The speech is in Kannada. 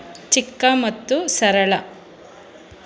ಚಿಕ್ಕ ಮತ್ತು ಸರಳ